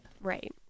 Right